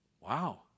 Wow